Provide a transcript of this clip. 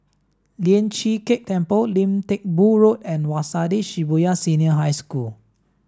Lian Chee Kek Temple Lim Teck Boo Road and Waseda Shibuya Senior High School